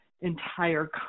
entire